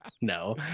No